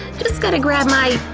just gotta grab my